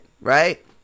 right